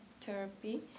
therapy